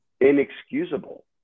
inexcusable